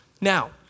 Now